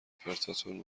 پرتاتون